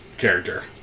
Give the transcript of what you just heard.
character